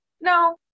no